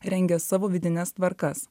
rengia savo vidines tvarkas